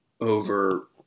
over